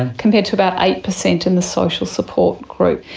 and compared to about eight percent in the social support group.